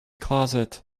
closet